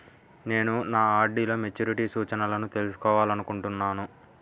నేను నా ఆర్.డీ లో మెచ్యూరిటీ సూచనలను తెలుసుకోవాలనుకుంటున్నాను